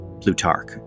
Plutarch